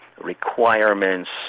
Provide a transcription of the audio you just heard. requirements